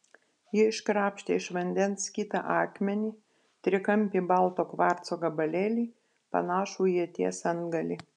ji iškrapštė iš vandens kitą akmenį trikampį balto kvarco gabalėlį panašų į ieties antgalį